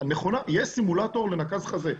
יש סימולטור לנקז חזה,